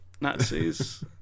Nazis